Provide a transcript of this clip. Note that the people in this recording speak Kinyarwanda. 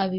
abona.